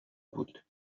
بود